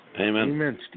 Amen